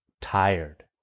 tired